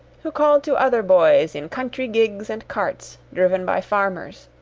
who called to other boys in country gigs and carts, driven by farmers.